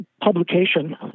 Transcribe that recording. publication